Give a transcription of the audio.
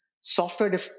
software